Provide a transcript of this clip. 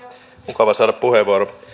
mukava saada puheenvuoro